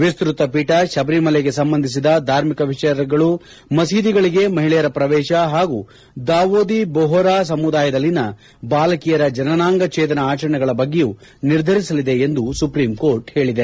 ವಿಸ್ತತ ಪೀಠ ಶಬರಿಮಲೆ ಸಂಬಂಧಿಸಿದ ಧಾರ್ಮಿಕ ವಿಷಯಗಳು ಮಸೀದಿಗಳಿಗೆ ಮಹಿಳೆಯರ ಪ್ರವೇಶ ಹಾಗೂ ದಾವೂದಿ ಬೊಹರಾ ಸಮುದಾಯದಲ್ಲಿನ ಬಾಲಕಿಯರ ಜನನಾಂಗ ಛೇದನ ಆಚರಣೆಗಳ ಬಗ್ಗೆಯು ನಿರ್ಧರಿಸಲಿದೆ ಎಂದು ಸುಪ್ರೀಂ ಕೋರ್ಟ್ ಹೇಳಿದೆ